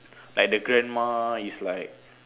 like the grandma is like